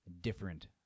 different